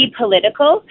political